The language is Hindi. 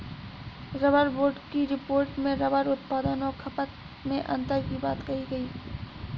रबर बोर्ड की रिपोर्ट में रबर उत्पादन और खपत में अन्तर की बात कही गई